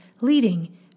leading